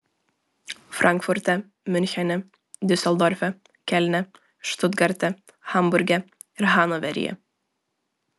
frankfurte miunchene diuseldorfe kelne štutgarte hamburge ir hanoveryje